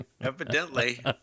Evidently